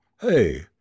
Hey